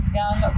young